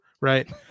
right